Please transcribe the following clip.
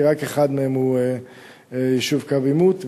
כי רק אחד מהם הוא יישוב קו עימות,